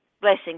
Blessings